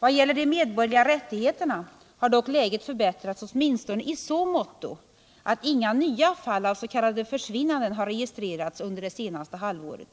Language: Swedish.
Vad gäller de medborgerliga rättigheterna har dock läget förbättrats åtminstone i så måtto att inga nya fall avs.k. försvinnanden har registrerats under det senaste halvåret.